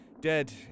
Dead